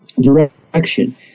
direction